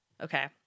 Okay